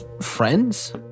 friends